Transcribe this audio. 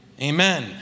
Amen